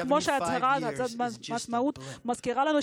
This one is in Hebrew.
אבל כמו שהצהרת העצמאות מזכירה לנו,